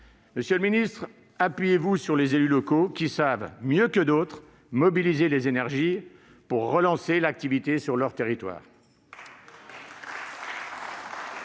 Monsieur le ministre, appuyez-vous sur les élus locaux qui savent, mieux que d'autres, mobiliser les énergies pour relancer l'activité sur leurs territoires.